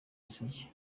isugi